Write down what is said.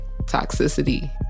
toxicity